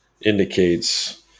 indicates